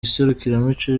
iserukiramuco